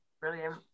brilliant